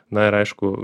na ir aišku